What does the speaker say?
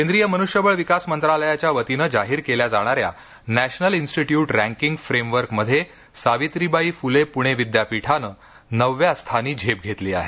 केंद्रीय मनुष्यबळ विकास मंत्रालयाच्या वतीने जाहीर केल्या जाणाऱ्या नॅशनल इन्स्टिट्यूट रँकिंग फ्रेमवर्कमध्ये सावित्रीबाई फुले पुणे विद्यापीठाने नवव्या स्थानी झेप घेतली आहे